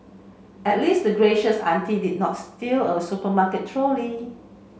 at least the gracious auntie did not steal a supermarket trolley